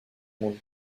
monde